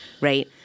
Right